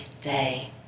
day